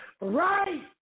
Right